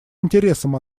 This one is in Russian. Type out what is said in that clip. интересом